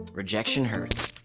rejection hurts,